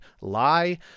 lie